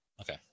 okay